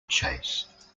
chase